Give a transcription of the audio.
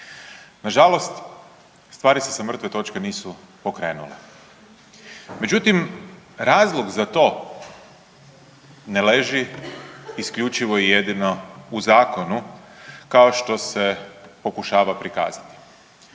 Nažalost, stvari se sa mrtve točke nisu pokrenule. Međutim, razlog za to ne leži isključivo i jedino u zakonu kao što se pokušava prikazati.